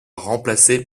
remplacés